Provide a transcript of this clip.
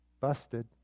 Busted